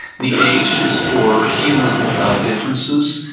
the h is for human differences.